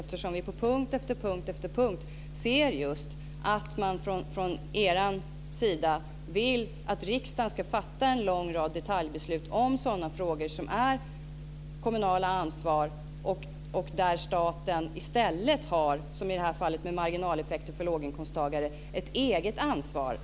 Vi ser på punkt efter punkt att man från er sida vill att riksdagen ska fatta en lång rad detaljbeslut om sådana frågor som är ett kommunalt ansvar. Där har staten i stället - som i det här fallet med marginaleffekter för låginkomsttagare - ett eget ansvar.